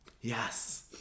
Yes